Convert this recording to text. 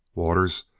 waters.